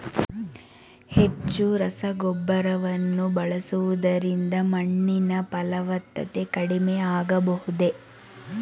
ಹೆಚ್ಚು ರಸಗೊಬ್ಬರವನ್ನು ಬಳಸುವುದರಿಂದ ಮಣ್ಣಿನ ಫಲವತ್ತತೆ ಕಡಿಮೆ ಆಗಬಹುದೇ?